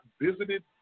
visited